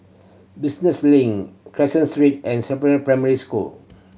Business Link Caseen Street and Primary School